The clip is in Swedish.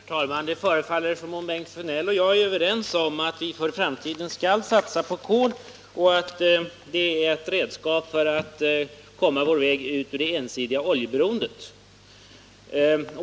Herr talman! Det förefaller som om Bengt Sjönell och jag är överens om att vi för framtiden skall satsa på kol och att detta är ett redskap för vår väg ut ur det ensidiga oljeberoendet.